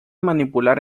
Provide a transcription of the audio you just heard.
manipular